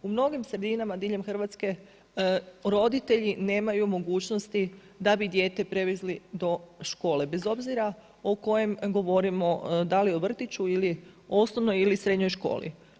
U mnogim sredinama diljem Hrvatske roditelji nemaju mogućnosti da bi dijete prevezli do škole, bez obzira o kojem govorimo da li o vrtiću ili osnovnoj ili srednjoj školi.